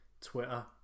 Twitter